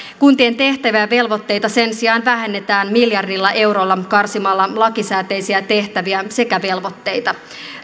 kuntien tehtäviä ja velvoitteita sen sijaan vähennetään miljardilla eurolla karsimalla lakisääteisiä tehtäviä sekä velvoitteita